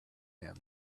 man